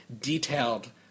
detailed